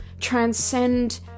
transcend